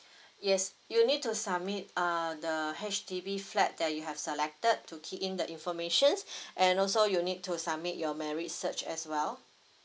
yes you need to submit uh the H_D_B flat that you have selected to key in the informations and also you need to submit your merit certs as well